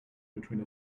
between